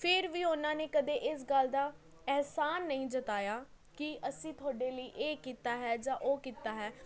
ਫਿਰ ਵੀ ਉਹਨਾਂ ਨੇ ਕਦੇ ਇਸ ਗੱਲ ਦਾ ਅਹਿਸਾਨ ਨਹੀਂ ਜਤਾਇਆ ਕਿ ਅਸੀਂ ਤੁਹਾਡੇ ਲਈ ਇਹ ਕੀਤਾ ਹੈ ਜਾਂ ਉਹ ਕੀਤਾ ਹੈ